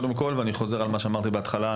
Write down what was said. אני חוזר על מה שאמרתי בהתחלה,